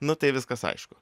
nu tai viskas aišku